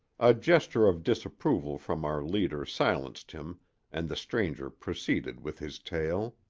a gesture of disapproval from our leader silenced him and the stranger proceeded with his tale